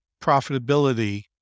profitability